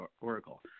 oracle